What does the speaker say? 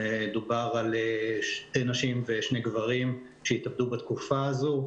מדובר על שתי נשים ושני גברים שהתאבדו בתקופה הזו,